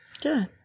Good